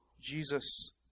Jesus